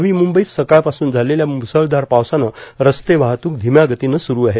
नवी मुंबईत सकाळपासून झालेल्या मुसळधार पावसानं रस्ते वाहतूक धीम्या गतीनं सुरू आहे